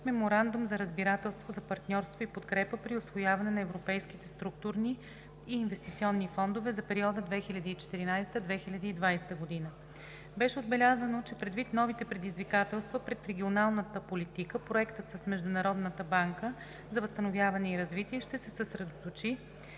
Меморандум за разбирателство за партньорство и подкрепа при усвояване на Европейските структурни и инвестиционни фондове за периода 2014 – 2020 г. Беше отбелязано, че предвид новите предизвикателства пред регионалната политика, проектът с Международната банка за възстановяване и развитие ще се съсредоточи